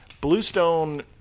Bluestone